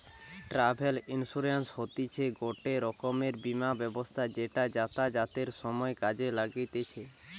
travel insurance হতিছে গটে রকমের বীমা ব্যবস্থা যেটা যাতায়াতের সময় কাজে লাগতিছে